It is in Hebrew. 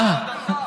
מה זה קשור להדתה?